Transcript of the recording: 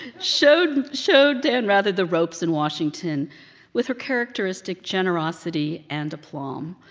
showed showed dan rather the ropes in washington with her characteristic generosity and aplomb,